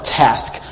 task